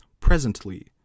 Presently